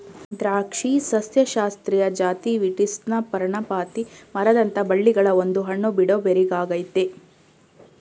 ದ್ರಾಕ್ಷಿ ಸಸ್ಯಶಾಸ್ತ್ರೀಯ ಜಾತಿ ವೀಟಿಸ್ನ ಪರ್ಣಪಾತಿ ಮರದಂಥ ಬಳ್ಳಿಗಳ ಒಂದು ಹಣ್ಣುಬಿಡೋ ಬೆರಿಯಾಗಯ್ತೆ